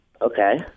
Okay